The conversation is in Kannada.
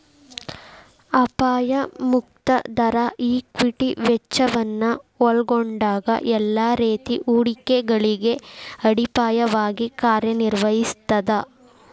ಅಪಾಯ ಮುಕ್ತ ದರ ಈಕ್ವಿಟಿ ವೆಚ್ಚವನ್ನ ಒಲ್ಗೊಂಡಂಗ ಎಲ್ಲಾ ರೇತಿ ಹೂಡಿಕೆಗಳಿಗೆ ಅಡಿಪಾಯವಾಗಿ ಕಾರ್ಯನಿರ್ವಹಿಸ್ತದ